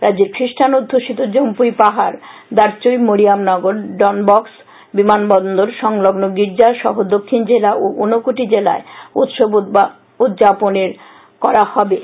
রাজ্যের খ্রীষ্টান অধ্যুষিত জম্পুই পাহাড় দারচৈ মরিয়মনগর ডনবক্স বিমানবন্দর সংলগ্ন গীর্জা সহ দক্ষিণ জেলা ও উনকোটি জেলায় উৎসব উদযাপন করা হবে